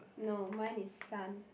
no mine is sun